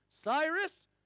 Cyrus